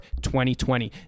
2020